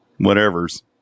whatevers